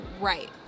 right